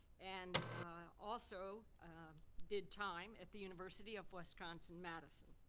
and also did time at the university of wisconsin, madison.